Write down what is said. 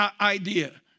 idea